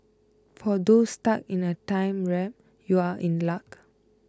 for those stuck in a time warp you are in luck